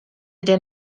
den